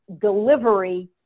delivery